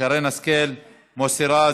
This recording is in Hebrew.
שרן השכל, מוסי רז,